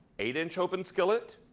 eight-inch open skillet,